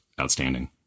outstanding